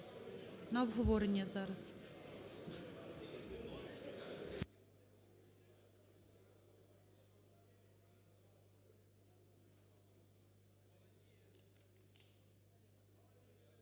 На обговорення зараз.